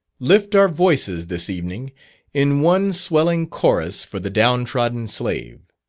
lift our voices this evening in one swelling chorus for the down-trodden slave.